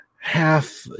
half